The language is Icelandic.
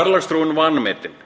verðlagsþróun vanmetin.